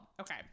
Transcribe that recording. Okay